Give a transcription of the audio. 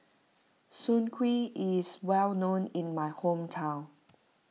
Soon Kuih is well known in my hometown